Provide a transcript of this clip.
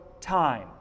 time